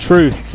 Truth